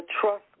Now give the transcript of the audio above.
trust